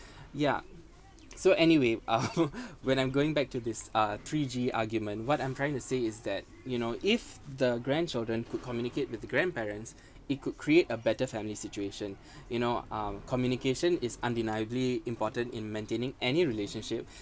yeah so anyway when I'm going back to this uh three G argument what I'm trying to say is that you know if the grandchildren could communicate with the grandparents it could create a better family situation you know um communication is undeniably important in maintaining any relationship